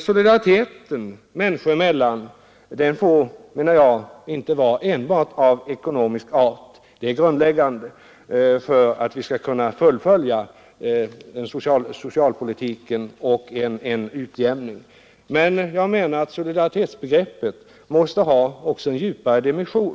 Solidariteten människor emellan får inte vara enbart av ekonomisk art. Sådan solidaritet är visserligen grundläggande för att vi skall kunna fullfölja socialpolitiken och en utjämning, men jag menar att solidaritetsbegreppet måste ha också en djupare